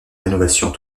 rénovation